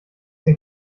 den